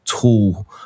tool